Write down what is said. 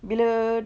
bila